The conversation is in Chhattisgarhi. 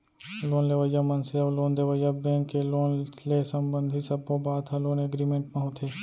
लोन लेवइया मनसे अउ लोन देवइया बेंक के लोन ले संबंधित सब्बो बात ह लोन एगरिमेंट म होथे